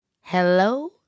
Hello